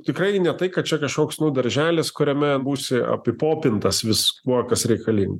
tikrai ne tai kad čia kažkoks nu darželis kuriame būsi apipopintas viskuo kas reikalinga